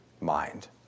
mind